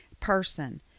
person